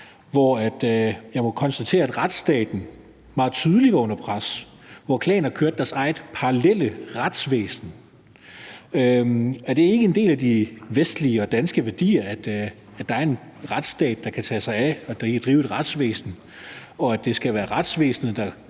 hvor jeg måtte konstatere, at retsstaten meget tydeligt var under pres, og hvor klaner kørte deres eget parallelle retsvæsen. Er det ikke en del af de vestlige og danske værdier, at der er en retsstat, der kan tage sig af det og kan drive et retsvæsen, og at det skal være retsvæsenet, der